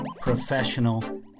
professional